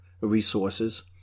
resources